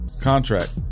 contract